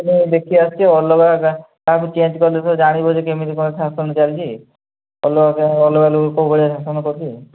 ହେଲେ ଦେଖିଆସିଛି ଅଲଗା କାହାକୁ ଚେଞ୍ଜ୍ କଲେ ତ ଜାଣିବ ଯେ କେମିତି କ'ଣ ଶାସନ ଚାଲିଛି ଅଲଗା କ'ଣ ଅଲଗା ଲୋକ କେଉଁ ଭଳିଆ ଶାସନ କରୁଛି